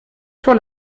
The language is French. sur